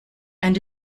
and